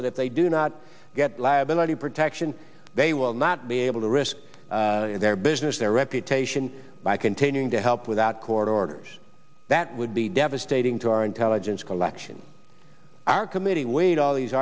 that if they do not get liability protection they will not be able to risk their business their reputation by continuing to help without court orders that would be devastating to our intelligence collection our committee weighed all these